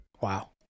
Wow